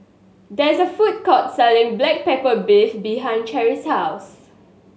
there is a food court selling black pepper beef behind Cherry's house